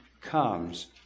comes